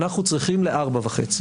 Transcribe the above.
אנחנו צריכים לארבע וחצי,